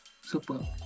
Super